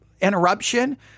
interruption